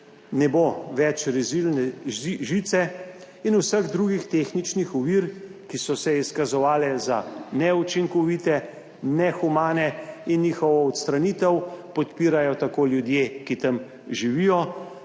ne bo več rezilne žice in vseh drugih tehničnih ovir, ki so se izkazovale za neučinkovite, nehumane, in njihovo odstranitev podpirajo tako ljudje, ki tam živijo,